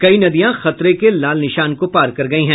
कई नदियां खतरे के लाल निशान को पार गयी हैं